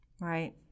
Right